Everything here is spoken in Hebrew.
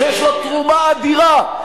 שיש לו תרומה אדירה,